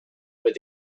with